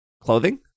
clothing